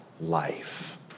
life